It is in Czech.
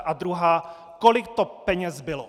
A druhá: Kolik to peněz bylo?